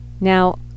Now